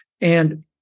And-